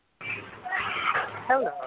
Hello